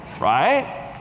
right